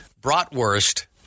bratwurst